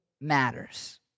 matters